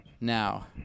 Now